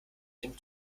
dem